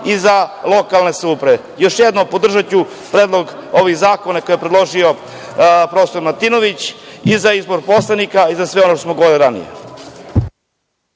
i za lokalne samouprave. Još jednom, podržaću predlog ovih zakona koje je predložio profesor Martinović i za izbor poslanika i za sve ono što smo govorili ranije.